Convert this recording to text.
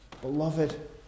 Beloved